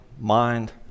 mind